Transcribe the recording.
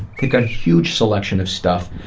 they've got a huge selection of stuff.